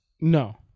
No